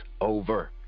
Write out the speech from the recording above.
over